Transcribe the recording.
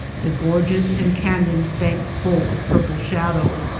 the gorges and can yons banked full of purple shadow.